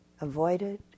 avoided